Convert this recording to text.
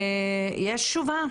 יש תשובה?